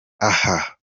aha